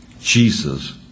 Jesus